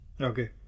Okay